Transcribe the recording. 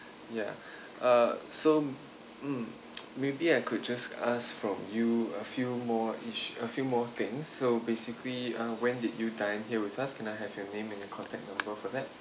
ya uh so mm maybe I could just ask from you a few more iss~ a few more things so basically uh when did you dine here with us can I have your name and your contact number for that